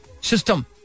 System